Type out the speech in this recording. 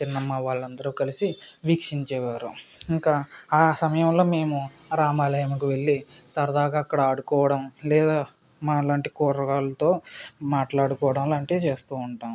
చిన్నమ్మ వాళ్ళు అందరు కలిసి వీక్షించే వారు ఇంకా ఆ సమయంలో మేము రామాలయంకు వెళ్ళి సరదాగా అక్కడ ఆడుకోవడం లేదా మాలాంటి కుర్రోళ్ళతో మాట్లాడుకోవడం లాంటివి చేస్తు ఉంటాము